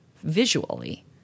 visually